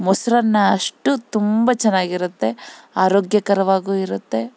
ಮೊಸರನ್ನ ಅಷ್ಟು ತುಂಬ ಚೆನ್ನಾಗಿರುತ್ತೆ ಆರೋಗ್ಯಕರವಾಗೂ ಇರುತ್ತೆ